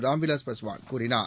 ராம்விலாஸ் பாஸ்வான் கூறினார்